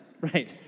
Right